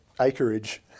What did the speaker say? acreage